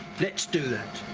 let's do that.